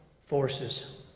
Forces